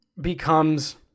becomes